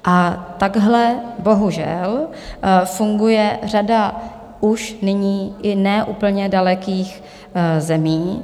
A takhle, bohužel, funguje řada už nyní i ne úplně dalekých zemí.